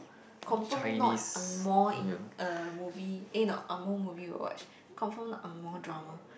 confirm not angmoh eng~ uh movie eh not angmoh movie we will watch confirm not angmoh drama